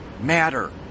matter